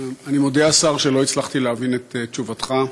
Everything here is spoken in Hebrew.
אני מודה, השר, שלא הצלחתי להבין את תשובתך,